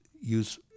use